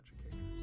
educators